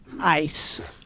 ice